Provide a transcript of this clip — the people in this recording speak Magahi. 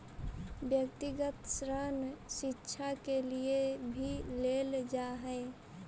व्यक्तिगत ऋण शिक्षा के लिए भी लेल जा हई